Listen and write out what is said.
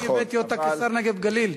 אבל, שאני הבאתי אותה כשר נגב-גליל.